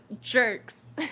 jerks